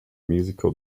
musical